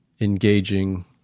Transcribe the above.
engaging